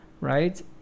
right